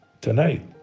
tonight